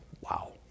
Wow